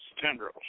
tendrils